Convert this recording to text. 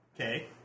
Okay